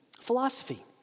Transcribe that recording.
philosophy